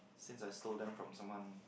since I stole them from someone